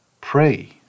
pray